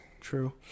True